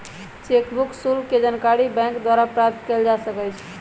cheque book शुल्क के जानकारी बैंक द्वारा प्राप्त कयल जा सकइ छइ